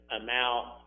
amount